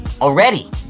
Already